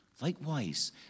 Likewise